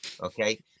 okay